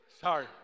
Sorry